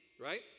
right